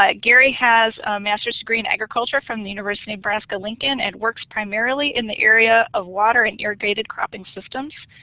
um gary has a master's degree in agriculture from the university of nebraska-lincoln and works primarily in the area of water and irrigated cropping systems.